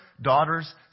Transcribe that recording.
daughter's